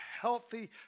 healthy